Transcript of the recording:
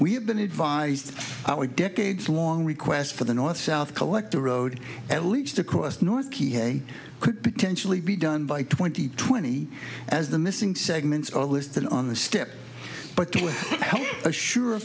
we have been advised our decades long request for the north south collector road at least across north key hay could potentially be done by twenty twenty as the missing segments are listed on the step but can assure a